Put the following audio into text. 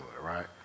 right